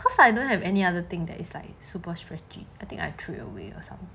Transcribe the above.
cause I don't have any other thing that is like super stretchy I think I threw it away or something